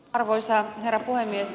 arvoisa herra puhemies